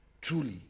truly